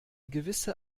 gewisse